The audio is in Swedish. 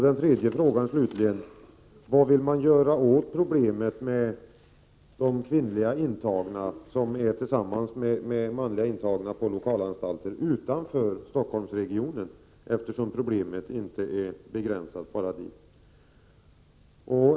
Den tredje frågan är: Vad vill man göra åt problemet med de kvinnliga intagna som är tillsammans med manliga intagna på lokalanstalter utanför Stockholmsregionen? Problemet är ju inte begränsat bara dit.